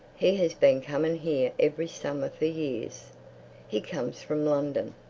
he has been coming here every summer for years. he comes from london.